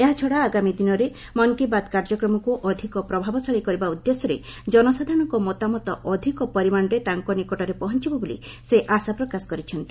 ଏହାଛଡ଼ା ଆଗାମୀ ଦିନରେ ମନ୍ କୀ ବାତ୍ କାର୍ଯ୍ୟକ୍ରମକୁ ଅଧିକ ପ୍ରଭାବଶାଳୀ କରିବା ଉଦ୍ଦେଶ୍ୟରେ ଜନସାଧାରଣଙ୍କ ମତାମତ ଅଧିକ ପରିମାଣରେ ତାଙ୍କ ନିକଟରେ ପହଞ୍ଚିବ ବୋଲି ସେ ଆଶା ପ୍ରକାଶ କରିଛନ୍ତି